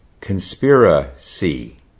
Conspiracy